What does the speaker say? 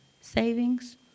Savings